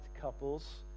couples